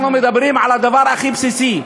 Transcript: אנחנו מדברים על הדבר הכי בסיסי,